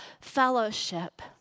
fellowship